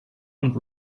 und